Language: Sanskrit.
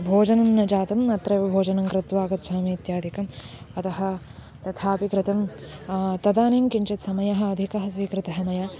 भोजनं न जातम् अत्रैव भोजनं कृत्वा आगच्छामि इत्यादिकम् अतः तथापि कृतं तदानीं किञ्चित् समयः अधिकः स्वीकृतः मया